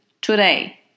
today